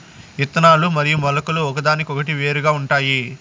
ఇత్తనాలు మరియు మొలకలు ఒకదానికొకటి వేరుగా ఉంటాయి